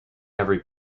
every